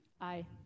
Aye